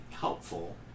helpful